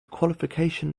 qualification